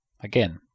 Again